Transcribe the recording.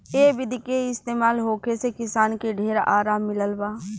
ए विधि के विकास होखे से किसान के ढेर आराम मिलल बा